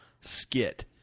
skit